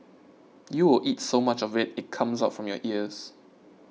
you will eat so much of it it comes out from your ears